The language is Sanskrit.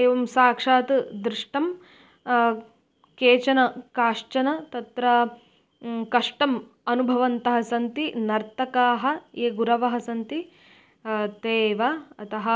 एवं साक्षात् दृष्टं केचन काश्चन तत्र कष्टम् अनुभवन्तः सन्ति नर्तकाः ये गुरवः सन्ति ते एव अतः